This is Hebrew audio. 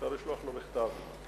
לפרוטוקול)